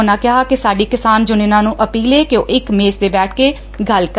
ਉਨਾਂ ਕਿਹਾ ਕਿ ਸਾਡੀ ਕਿਸਾਨ ਯੁਨੀਅਨਾਂ ਨੂੰ ਅਪੀਲ ਏ ਕਿ ਉਹ ਇਕ ਮੇਜ਼ ਤੇ ਬੈਠ ਕੇ ਗੱਲ ਕਰਨ